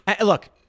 look